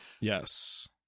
Yes